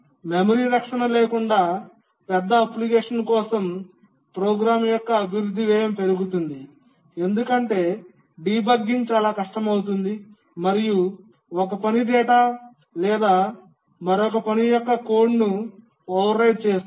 memory రక్షణ లేకుండా పెద్ద అప్లికేషన్ కోసం ప్రోగ్రామ్ యొక్క అభివృద్ధి వ్యయం పెరుగుతుంది ఎందుకంటే డీబగ్గింగ్ చాలా కష్టమవుతుంది మరియు ఒక పని డేటా లేదా మరొక పని యొక్క కోడ్ను ఓవర్రైట్ చేస్తుంది